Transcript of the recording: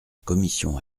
commission